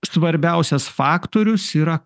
svarbiausias faktorius yra